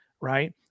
right